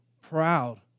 proud